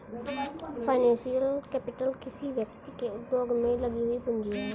financial capital किसी व्यक्ति के उद्योग में लगी हुई पूंजी है